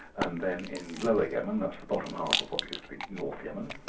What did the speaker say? and then in lower yemen, that's the bottom half of what used to be north yemen,